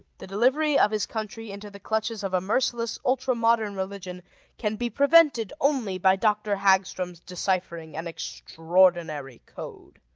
the delivery of his country into the clutches of a merciless, ultra-modern religion can be prevented only by dr. hagstrom's deciphering an extraordinary code.